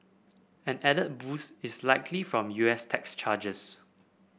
an added boost is likely from U S tax charges